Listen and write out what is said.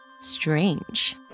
strange